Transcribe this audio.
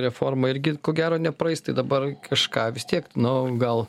reforma irgi ko gero nepraeis tai dabar kažką vis tiek nu gal